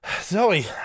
Zoe